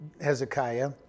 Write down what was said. Hezekiah